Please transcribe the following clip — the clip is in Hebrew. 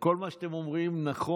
כל מה שאתם אומרים נכון.